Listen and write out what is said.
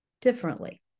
differently